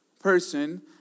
person